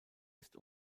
ist